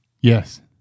Yes